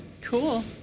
Cool